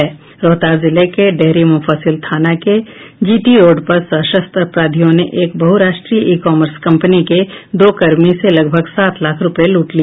रोहतास जिले के डेहरी मुफ्फसिल थाना के जीटी रोड पर सशस्त्र अपराधियों ने एक बहुराष्ट्रीय ई कॉमर्स कंपनी के दो कर्मी से लगभग सात लाख रुपये लूट लिए